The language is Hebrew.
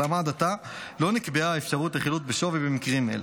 אולם עד עתה לא נקבעה האפשרות לחילוט בשווי במקרים אלה,